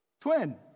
twin